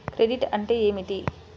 Credit అంటే ఏమిటి?